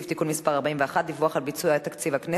(תיקון מס' 41) (דיווח על ביצוע תקציב הכנסת),